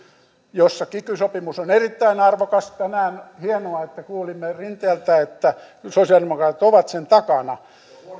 jossa kiky sopimus on erittäin arvokas tänään hienoa että kuulimme rinteeltä että sosialidemokraatit ovat sen takana